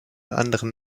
anderen